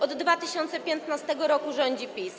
Od 2015 r. rządzi PiS.